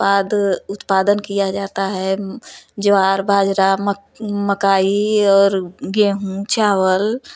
उत्पाद उत्पादन किया जाता है ज्वार बाजरा मकाई और गेंहू चावल